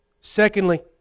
Secondly